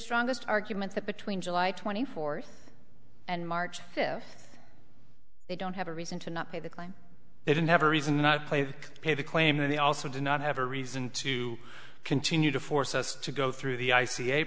strongest argument that between july twenty fourth and march fifth they don't have a reason to not pay the claim they didn't have a reason to not play the pay the claim and they also did not have a reason to continue to force us to go through the i c a